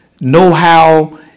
know-how